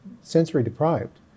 sensory-deprived